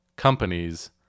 companies